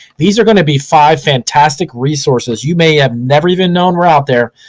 these are gonna be five fantastic resources you may have never even known were out there.